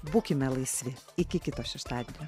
būkime laisvi iki kito šeštadienio